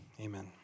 Amen